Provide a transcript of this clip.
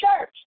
church